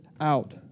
out